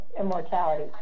immortality